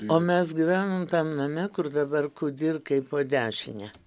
o mes gyvenom tam name kur dabar kudirkai po dešine